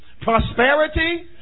prosperity